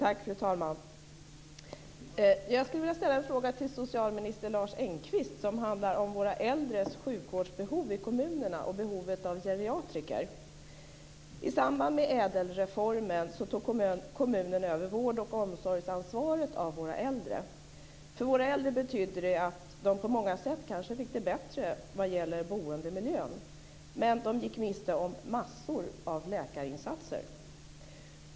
Fru talman! Jag skulle vilja ställa en fråga till socialminister Lars Engqvist som handlar om våra äldres sjukvårdsbehov i kommunerna och behovet av geriatriker. I samband med ädelreformen tog kommunerna över vård och omsorgsansvaret för våra äldre. För våra äldre betydde det att de på många sätt kanske fick det bättre vad gäller boendemiljön, men de gick miste om massor av läkarinsatser.